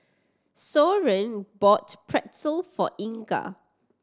Soren bought Pretzel for Inga